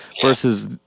versus